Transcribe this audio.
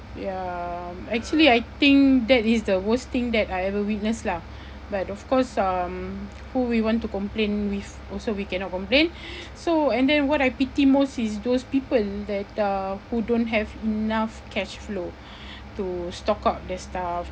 ya actually I think that is the worst thing that I ever witnessed lah but of course um who we want to complain with also we cannot complain so and then what I pity most is those people that uh who don't have enough cash flow to stock up their stuff